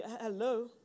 Hello